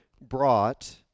brought